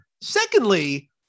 Secondly